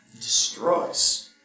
destroys